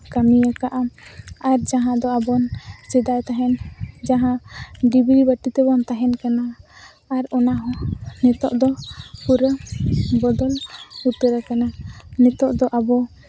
ᱠᱟᱹᱢᱤᱭᱟᱠᱟᱜᱼᱟ ᱟᱨ ᱡᱟᱦᱟᱸ ᱫᱚ ᱟᱵᱚᱱ ᱥᱮᱫᱟᱭ ᱛᱟᱦᱮᱱ ᱡᱟᱦᱟᱸ ᱰᱤᱵᱨᱤ ᱵᱟᱹᱛᱤ ᱛᱮᱵᱚᱱ ᱛᱟᱦᱮᱱ ᱠᱟᱱᱟ ᱟᱨ ᱚᱱᱟ ᱦᱚᱸ ᱱᱤᱛᱳᱜ ᱫᱚ ᱯᱩᱨᱟᱹ ᱵᱚᱫᱚᱞ ᱩᱛᱟᱹᱨᱟᱠᱟᱱᱟ ᱱᱤᱛᱳᱜ ᱫᱚ ᱟᱵᱚ